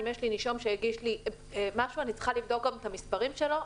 אם יש לי נישום שהגיש לי משהו אני צריכה לבדוק גם את המספרים שלו,